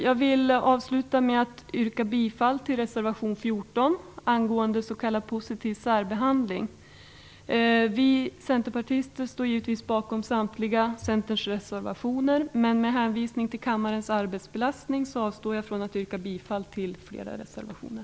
Jag vill avsluta med att yrka bifall till reservation 14 angående s.k. positiv särbehandling. Vi centerpartister står givetvis bakom samtliga centerreservationer, men med hänvisning till kammarens arbetsbelastning avstår jag från att yrka bifall till fler reservationer.